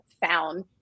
found